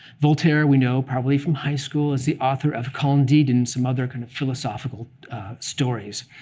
voltaire, we know probably from high school, as the author of candide and some other kind of philosophical stories.